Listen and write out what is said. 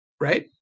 right